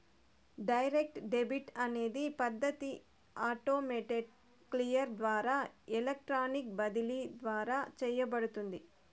direct debit అనే పద్ధతి automated clear ద్వారా ఎలక్ట్రానిక్ బదిలీ ద్వారా చేయబడుతుంది